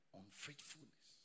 unfaithfulness